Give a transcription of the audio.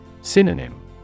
Synonym